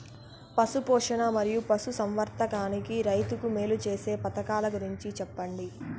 పశు పోషణ మరియు పశు సంవర్థకానికి రైతుకు మేలు సేసే పథకాలు గురించి చెప్పండి?